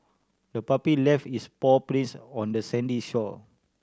the puppy left its paw prints on the sandy shore